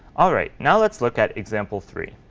all right. now let's look at example three.